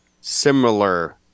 Similar